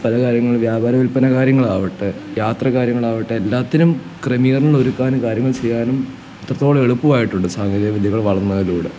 പല കാര്യങ്ങള് വ്യാപാര വിൽപ്പന കാര്യങ്ങളാവട്ടെ യാത്രകാര്യങ്ങളാവട്ടെ എല്ലാത്തിനും ക്രമീകരണങ്ങളൊരുക്കാനും കാര്യങ്ങൾ ചെയ്യാനും എത്രത്തോളം എളുപ്പമായിട്ടുണ്ട് സാങ്കേതിക വിദ്യകൾ വളർന്നതിലൂടെ